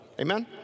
Amen